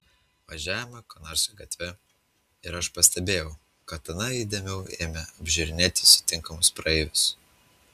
važiavome konarskio gatve ir aš pastebėjau kad ona įdėmiau ėmė apžiūrinėti sutinkamus praeivius